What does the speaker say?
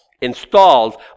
installed